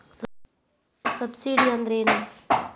Subsidy ಅಂದ್ರೆ ಏನು?